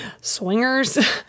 Swingers